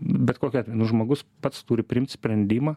bet kokiu atveju žmogus pats turi priimt sprendimą